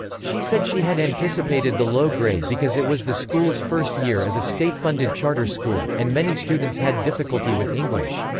she said she had anticipated the low grade because it was the school's first year as a state-funded charter school, and many students had difficulty with english.